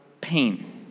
pain